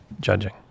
judging